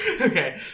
Okay